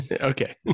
Okay